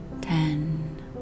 ten